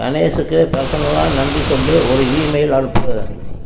கணேஷுக்கு பர்சனலாக நன்றி சொல்லி ஒரு இமெயில் அனுப்பு